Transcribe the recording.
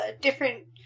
different